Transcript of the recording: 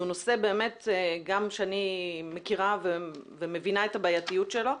זה נושא שגם אני מכירה ומבינה את הבעייתיות שלו,